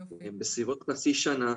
הן בסביבות חצי שנה.